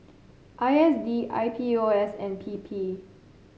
I S D I P O S and P P